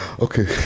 Okay